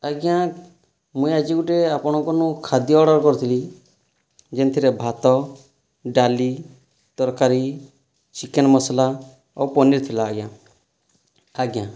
ଆଜ୍ଞା ମୁଇଁ ଆଜି ଗୋଟେ ଆପଣଙ୍କନୁ ଖାଦ୍ୟ ଅର୍ଡ଼ର୍ କରିଥିଲି ଯେଉଁଥିରେ ଭାତ ଡ଼ାଲି ତରକାରୀ ଚିକେନ୍ ମସଲା ଆଉ ପନିର୍ ଥିଲା ଆଜ୍ଞା ଆଜ୍ଞା